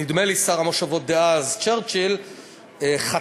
נדמה לי שר המושבות דאז צ'רצ'יל חתך,